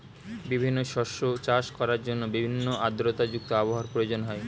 বিভিন্ন শস্য চাষ করার জন্য ভিন্ন আর্দ্রতা যুক্ত আবহাওয়ার প্রয়োজন হয়